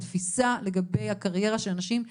תפיסה לגבי הקריירה של הנשים.